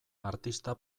artista